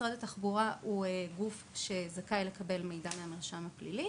משרד התחבורה הוא גוף שזכאי לקבל מידע מהרשם הפלילי